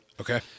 Okay